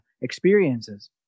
experiences